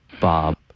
Bob